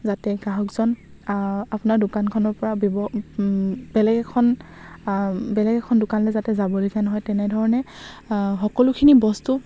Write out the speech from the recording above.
যাতে গ্ৰাহকজন আপোনাৰ দোকানখনৰ পৰা ব্যৱ বেলেগ এখন বেলেগ এখন দোকানলৈ যাতে যাবলগীয়া নহয় তেনেধৰণে সকলোখিনি বস্তু